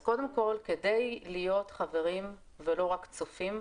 אז קודם כל כדי להיות חברים ולא רק צופים,